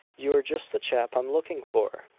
you're just the chap i'm looking for!